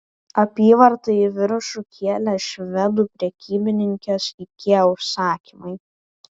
apyvartą į viršų kėlė švedų prekybininkės ikea užsakymai